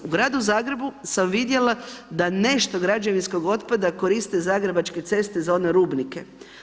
U Gradu Zagrebu sam vidjela da nešto građevinskog otpada koriste zagrebačke ceste za one rubnike.